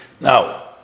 Now